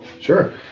Sure